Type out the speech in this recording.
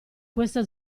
questa